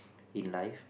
in life